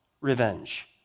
revenge